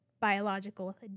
biological